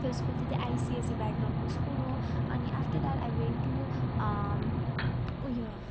त्यो स्कुल चाहिँ आइसिएसी ब्याग्राउन्डको स्कुल हो अनि after that I went to uh यो